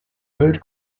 mood